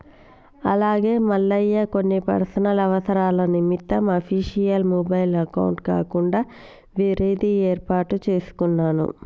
అలాగే మల్లయ్య కొన్ని పర్సనల్ అవసరాల నిమిత్తం అఫీషియల్ మొబైల్ అకౌంట్ కాకుండా వేరేది ఏర్పాటు చేసుకున్నాను